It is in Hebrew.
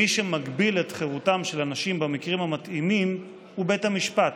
מי שמגביל את חירותם של אנשים במקרים המתאימים הוא בית המשפט.